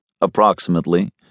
approximately